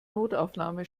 notaufnahme